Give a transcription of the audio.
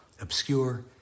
obscure